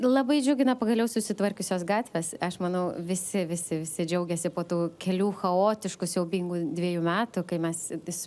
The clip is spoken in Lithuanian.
labai džiugina pagaliau susitvarkiusios gatvės aš manau visi visi visi džiaugiasi po tų kelių chaotiškų siaubingų dviejų metų kai mes vis